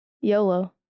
YOLO